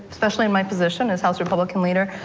especially in my position as house republican leader.